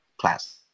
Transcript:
class